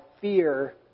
fear